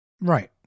Right